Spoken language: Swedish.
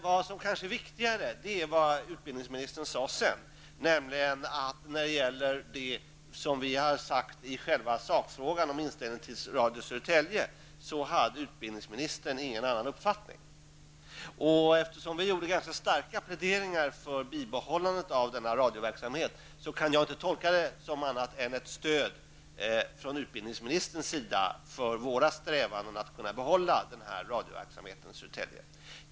Det som utbildningsministern sade därefter är kanske viktigare, nämligen att han inte hade någon annan uppfattning än vi i själva sakfrågan, när det gäller inställningen till Radio Södertälje. Eftersom vi gjorde ganska starka pläderingar för ett bibehållande av denna radioverksamhet, kan jag inte tolka det på annat sätt än som ett stöd från utbildningsministerns sida för våra strävanden att kunna behålla radioverksamheten i Södertälje.